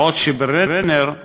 איפה שמשרד האוצר יגיד